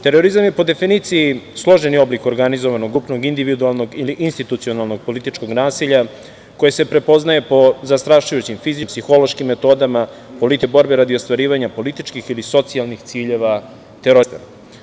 Terorizam je po definiciji složeni oblik organizovanog, grupnog, individualnog ili institucionalnog političkog nasilja koji se prepoznaje po zastrašujućim fizičkim, psihološkim metodama, političke borbe radi ostvarivanja političkih ili socijalnih ciljeva terorista.